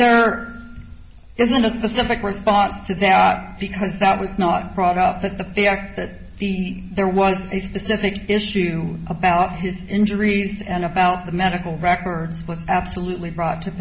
there isn't a specific response to that because that was not brought up but the fact that there was a specific issue about his injuries and about the medical records was absolutely brought to